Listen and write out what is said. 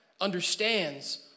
understands